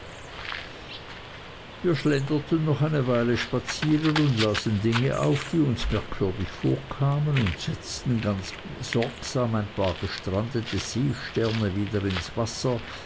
wir schlenderten noch eine weile spazieren und lasen dinge auf die uns merkwürdig vorkamen und setzten ganz sorgsam ein paar gestrandete seesterne wieder ins wasser